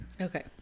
Okay